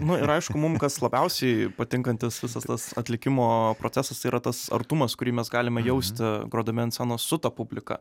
nu ir aišku mums kas labiausiai patinkantis visas tas atlikimo procesas yra tas artumas kurį mes galime jausti grodami ant scenos su ta publika